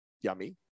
yummy